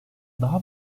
daha